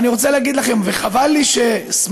אני רוצה להגיד לכם, וחבל לי שסמוטריץ,